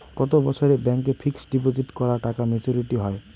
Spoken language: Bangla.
কত বছরে ব্যাংক এ ফিক্সড ডিপোজিট করা টাকা মেচুউরিটি হয়?